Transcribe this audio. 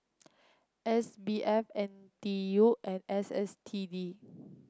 S B F N T U and S S T D